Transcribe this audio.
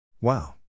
Wow